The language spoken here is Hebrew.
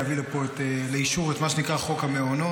להביא לאישור את מה שנקרא חוק המעונות,